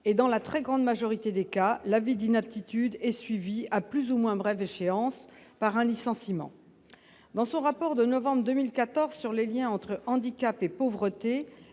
et dans la très grande majorité des cas, l'avis d'inaptitude est suivi à plus ou moins brève échéance par un licenciement dans son rapport de novembre 2014 sur les Liens entre handicapé pauvreté